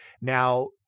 Now